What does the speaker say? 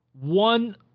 one